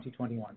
2021